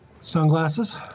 sunglasses